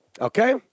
okay